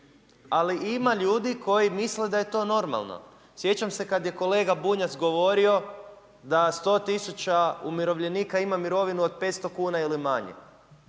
ali ima ljudi koji misle da je to normalno. Sjećam se kada je kolega Bunjac govorio da 100 tisuća umirovljenika ima mirovinu od 500 kuna ili manje.